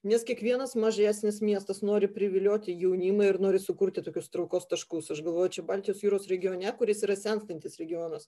nes kiekvienas mažesnis miestas nori privilioti jaunimą ir nori sukurti tokius traukos taškus aš galvoju čia baltijos jūros regione kuris yra senstantis regionas